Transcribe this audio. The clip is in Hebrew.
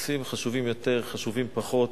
נושאים חשובים יותר, חשובים פחות,